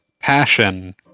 passion